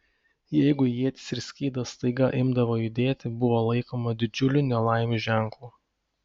jeigu ietis ir skydas staiga imdavo judėti buvo laikoma didžiulių nelaimių ženklu